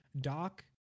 Doc